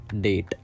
date